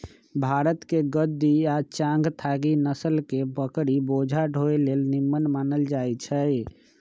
भारतके गद्दी आ चांगथागी नसल के बकरि बोझा ढोय लेल निम्मन मानल जाईछइ